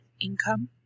income